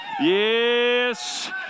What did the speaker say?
Yes